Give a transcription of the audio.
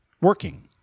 working